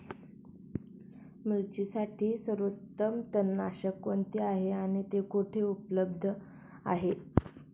मिरचीसाठी सर्वोत्तम तणनाशक कोणते आहे आणि ते कुठे उपलब्ध आहे?